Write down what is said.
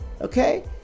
okay